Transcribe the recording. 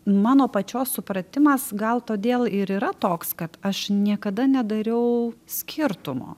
mano pačios supratimas gal todėl ir yra toks kad aš niekada nedariau skirtumo